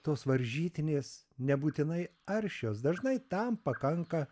tos varžytinės nebūtinai aršios dažnai tam pakanka